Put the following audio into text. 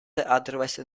otherwise